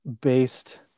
based